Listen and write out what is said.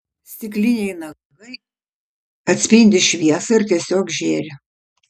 stikliniai nagai atspindi šviesą ir tiesiog žėri